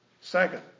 Second